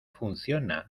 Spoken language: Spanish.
funciona